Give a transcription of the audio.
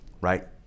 Right